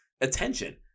attention